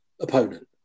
opponent